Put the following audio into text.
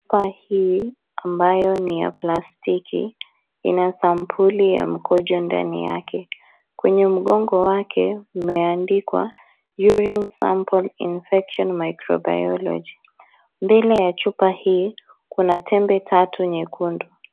Chupa hii ambayo ni ya plastiki ina sampuli ya mkojo ndani yake. Kwenye ngongo wake mmeandikwa urine sample infection microbiolgy . Mbele ya chupa hii kuna tembe tatu nyekundu.